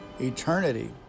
eternity